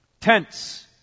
Tents